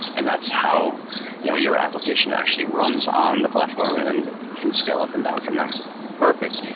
and that's how you know your application actually runs on the platform and can scale up and down from there perfect.